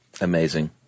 Amazing